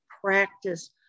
practice